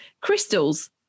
Crystals